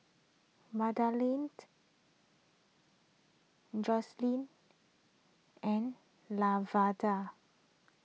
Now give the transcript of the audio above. Magdalene Jocelynn and Lavonda